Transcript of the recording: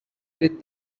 with